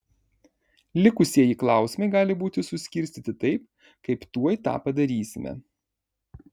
likusieji klausimai gali būti suskirstyti taip kaip tuoj tą padarysime